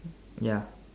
ya